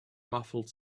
muffled